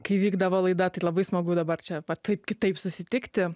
kai vykdavo laida tai labai smagu dabar čia va taip kitaip susitikti